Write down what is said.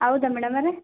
ಹೌದಾ ಮೇಡಮವ್ರೆ